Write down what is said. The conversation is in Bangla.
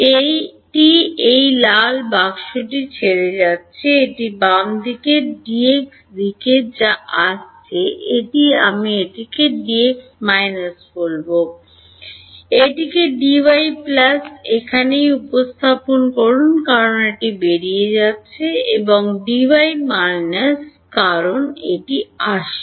এটি এই লাল বাক্সটি ছেড়ে যাচ্ছে এটি বাম দিকে Dx দিকে যা আসছে এটি আমি এটিকে Dx- বলব এটিকে Dy এখানেই উপস্থাপন করুন কারণ এটি বেরিয়ে যাচ্ছে এবং Dy কারণ এটি আসছে